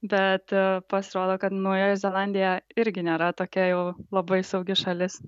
bet pasirodo kad naujoji zelandija irgi nėra tokia jau labai saugi šalis